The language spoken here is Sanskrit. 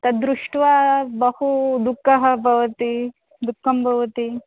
तद्दृष्ट्वा बहुदुःखं भवति दुःखं भवति